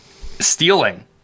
stealing